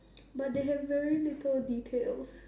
but they have very little details